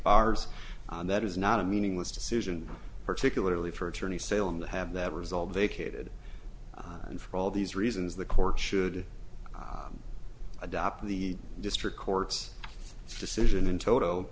ours that is not a meaningless decision particularly for attorney salem to have that result vacated and for all these reasons the court should adopt the district court's decision in toto